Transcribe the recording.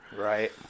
Right